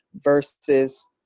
versus